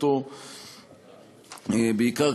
בעיקר,